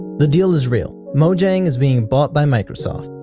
the deal is real. mojang is being bought by microsoft.